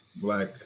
Black